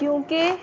کیونکہ